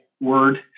word